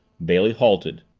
bailey halted.